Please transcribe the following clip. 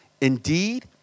Indeed